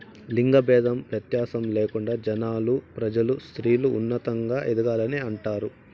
లింగ భేదం వ్యత్యాసం లేకుండా జనాలు ప్రజలు స్త్రీలు ఉన్నతంగా ఎదగాలని అంటారు